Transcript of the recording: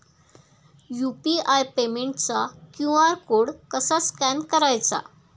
UPI पेमेंटचा QR code कसा scan करायचा?